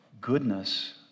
goodness